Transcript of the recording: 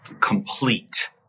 complete